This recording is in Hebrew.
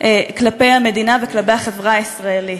כלפי המדינה וכלפי החברה הישראלית.